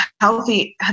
healthy